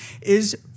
is-